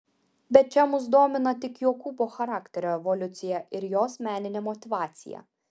bet čia mus domina tik jokūbo charakterio evoliucija ir jos meninė motyvacija